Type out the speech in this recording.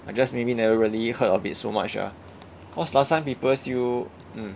or just maybe never really heard of it so much ah cause last time people still mm